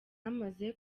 yamaze